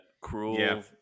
cruel